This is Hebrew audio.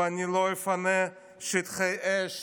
ואני לא אפנה שטחי אש,